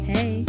Hey